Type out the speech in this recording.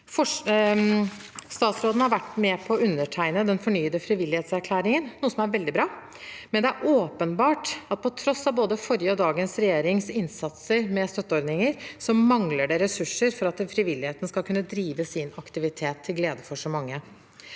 Statsråden har vært med på å undertegne den fornyede frivillighetserklæringen, noe som er veldig bra, men det er åpenbart at på tross av både forrige og dagens regjerings innsats for støtteordninger mangler det ressurser for at frivilligheten skal kunne drive sin aktivitet til glede for så mange.